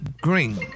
Green